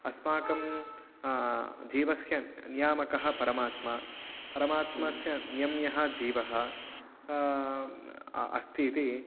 अस्माकं जीवस्य नियामकः परमात्मा परमात्मनः नियम्यः जीवः अस्ति इति